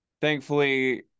Thankfully